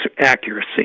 accuracy